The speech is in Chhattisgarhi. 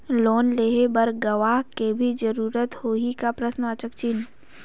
लोन लेहे बर गवाह के भी जरूरत होही का?